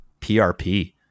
PRP